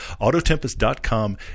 autotempest.com